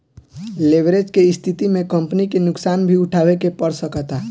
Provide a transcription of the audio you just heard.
leverage के स्थिति में कंपनी के नुकसान भी उठावे के पड़ सकता